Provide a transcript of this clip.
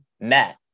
Matt